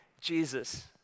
Jesus